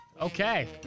Okay